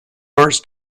arts